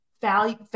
value